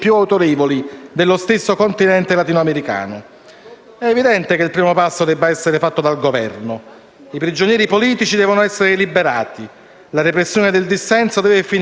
Il Venezuela non vive soltanto una tragica emergenza politica, ma anche, come è stato ricordato, una tragica fase di sofferenza umanitaria.